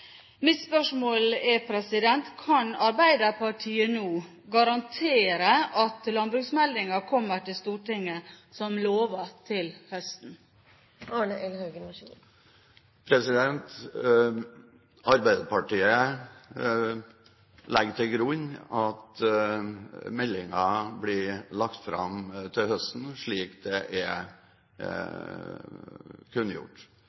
Mitt spørsmål er: Kan Arbeiderpartiet nå garantere at landbruksmeldingen kommer til Stortinget til høsten, som lovet? Arbeiderpartiet legger til grunn at meldingen blir lagt fram til høsten, slik det er kunngjort.